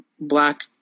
Black